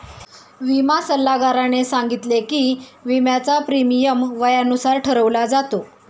विमा सल्लागाराने सांगितले की, विम्याचा प्रीमियम वयानुसार ठरवला जातो